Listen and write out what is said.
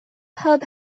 pub